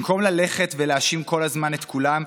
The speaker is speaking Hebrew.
במקום ללכת ולהאשים כל הזמן את כולם,